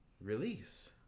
release